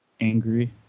angry